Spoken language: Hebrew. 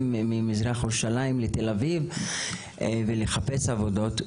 ממזרח ירושלים לתל אביב ולחפש עבודות.